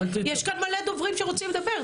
יש כאן הרבה דוברים שרוצים לדבר,